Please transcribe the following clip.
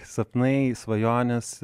sapnai svajonės